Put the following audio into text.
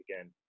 again